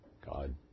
God